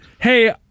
Hey